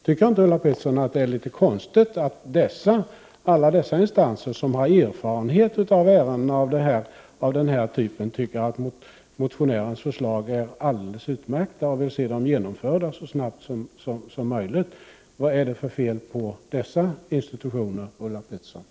Tycker inte Ulla Pettersson att det är litet konstigt att alla dessa instanser, som har etfarenhet av ärenden av den här typen, tycker att motionärens förslag är alldeles utmärkta och vill se dem genomförda så snabbt som möjligt? Vad är det för fel på dessa institutioner, Ulla Pettersson?